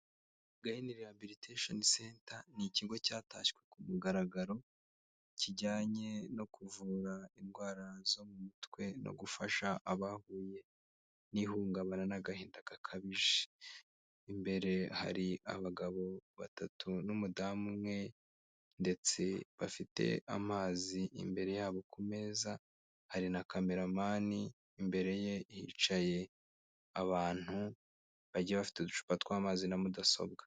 Gahini Rehabilitation Center, ni ikigo cyatashywe ku mugaragaro, kijyanye no kuvura indwara zo mu mutwe no gufasha abahuye n'ihungabana n'agahinda gakabije. Imbere hari abagabo batatu n'umudamu umwe ndetse bafite amazi imbere yabo ku meza, hari na kameramani, imbere ye hicaye abantu bagiye bafite uducupa tw'amazi na mudasobwa.